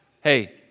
Hey